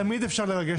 תמיד אפשר לרגש